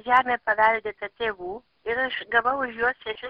žemė paveldėta tėvų ir aš gavau už juos šešis tūkstančius